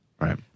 right